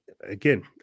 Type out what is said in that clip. again